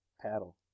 paddle